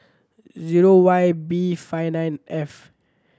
zero Y B five nine F